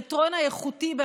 ליתרון האיכותי,